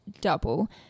double